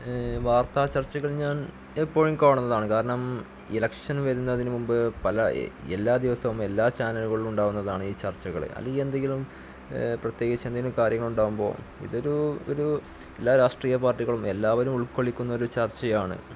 വാർത്താ ചർച്ചകൾ ഞാൻ എപ്പോഴും കാണുന്നതാണ് കാരണം ഇലക്ഷൻ വരുന്നതിനുമുമ്പ് എല്ലാ ദിവസവും എല്ലാ ചാനലുകളിലും ഉണ്ടാകുന്നതാണീ ചർച്ചകള് അല്ലെങ്കില് എന്തെങ്കിലും പ്രത്യേകിച്ചെന്തെങ്കിലും കാര്യങ്ങളുണ്ടാകുമ്പോള് ഇതൊരു ഒരു എല്ലാ രാഷ്ട്രീയ പാർട്ടികളും എല്ലാവരും ഉൾക്കൊള്ളിക്കുന്നൊരു ചർച്ചയാണ്